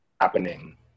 happening